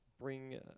bring